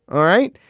all right.